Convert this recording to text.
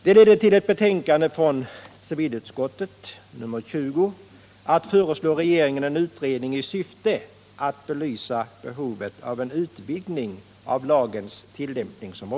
Det ledde till ett betänkande från civilutskottet, nr 20, som gick ut på att riksdagen skulle föreslå regeringen en utredning i syfte att belysa behovet av en utvidgning av lagens tillämpningsområde.